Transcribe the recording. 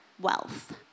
wealth